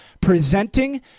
presenting